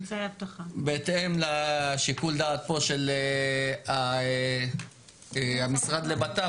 בהתאם לשיקול הדעת של המשרד לבט"פ,